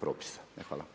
propisa. Hvala.